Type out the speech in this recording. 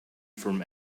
from